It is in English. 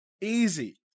easy